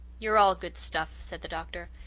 you're all good stuff, said the doctor,